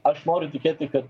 aš noriu tikėti kad